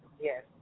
Yes